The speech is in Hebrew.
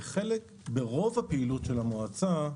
ברוב הפעילות של המועצה,